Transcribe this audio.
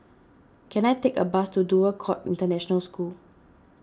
can I take a bus to Dover Court International School